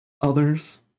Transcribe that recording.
others